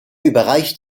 überreicht